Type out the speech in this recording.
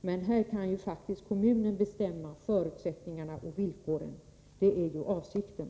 Men här kan faktiskt kommunen bestämma förutsättningarna och villkoren — det är ju avsikten.